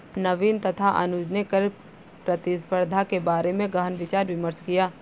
नवीन तथा अनुज ने कर प्रतिस्पर्धा के बारे में गहन विचार विमर्श किया